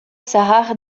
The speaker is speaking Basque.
zahar